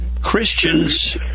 Christians